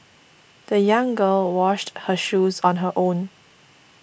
the young girl washed her shoes on her own